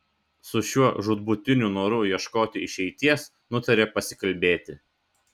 su šiuo žūtbūtiniu noru ieškoti išeities nutarė pasikalbėti